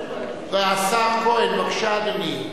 השר כהן, בבקשה, אדוני.